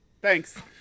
Thanks